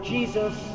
Jesus